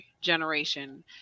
generation